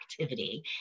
activity